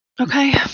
Okay